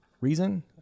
reason